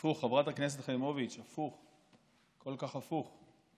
הפוך, חברת הכנסת חיימוביץ', הפוך, כל כך הפוך.